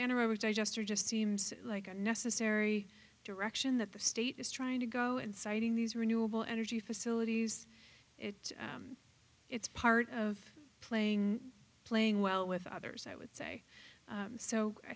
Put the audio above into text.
anaerobic digester just seems like a necessary direction that the state is trying to go and citing these renewable energy facilities it's it's part of playing playing well with others i would say so i